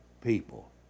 people